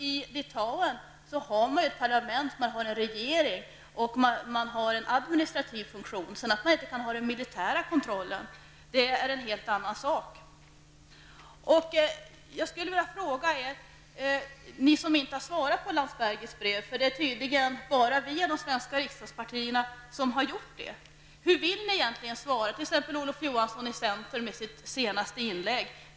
I Litauen har man ett parlament, en regering och en administrativ funktion. Att man sedan inte kan ha den militära kontrollen är en helt annat sak. Landsbergis brev -- för det är tydligen bara vi bland de svenska rikdagspartierna som har gjort det: Hur vill ni egentligen svara? Det gäller t.ex. Olof Johansson i centern.